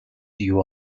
you